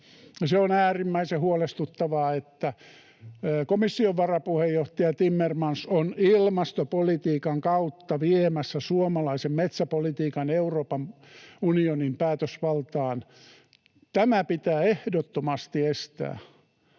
Se on äärimmäisen huolestuttavaa, että komission varapuheenjohtaja Timmermans on ilmastopolitiikan kautta viemässä suomalaisen metsäpolitiikan Euroopan unionin päätösvaltaan. Tämä pitää ehdottomasti estää.